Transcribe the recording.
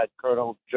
Colonel